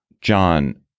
John